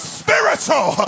spiritual